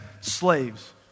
slaves